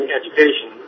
education